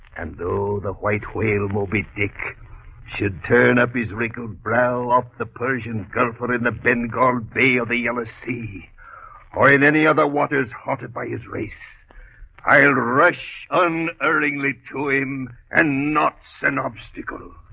and though the white whale moby dick should turn up his wrinkled brow off the persian girl for in the been called bay of the yellow sea or in any other waters haunted by his race i'll rush um underling lee to him and knots and obstacle